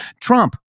Trump